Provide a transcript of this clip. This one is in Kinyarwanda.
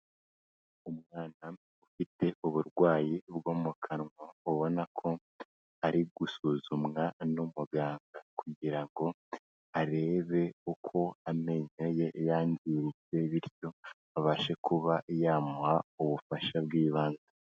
Umwana ufite uburwayi bwo mu kanwa, ubona ko ari gusuzumwa n'umuganga kugira ngo arebe uko amenyo ye yangiritse, bityo abashe kuba yamuha ubufasha bw'ibanze.